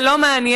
זה לא מעניין.